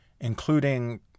including